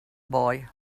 boy